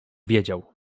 wiedział